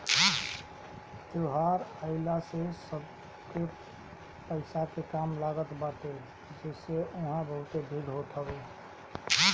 त्यौहार आइला से सबके पईसा के काम लागत बाटे जेसे उहा बहुते भीड़ होत हवे